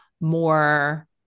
more